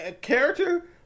character